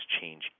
change